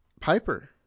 Piper